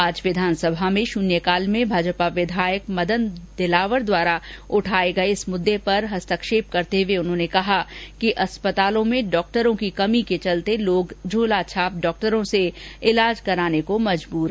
आज विधानसभा में शुन्यकाल में भाजपा विधायक मदन दिलावर द्वारा उठाये गये इस मुददे पर हस्तक्षेप करते हुए उन्होंने कहा कि अस्पतालों में डॉक्टरों की कमी के चलते लोग झोला छाप डाक्टरों से ईलाज कराने को मजबूर हैं